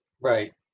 Right